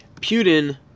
Putin